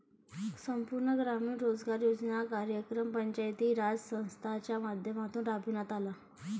संपूर्ण ग्रामीण रोजगार योजना कार्यक्रम पंचायती राज संस्थांच्या माध्यमातून राबविण्यात आला